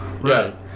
Right